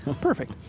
Perfect